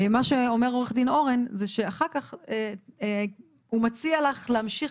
מה שאומר עורך דין אורן זה שאחר כך הוא מציע לך להמשיך